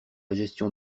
gestion